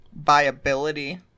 viability